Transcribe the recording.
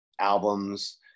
albums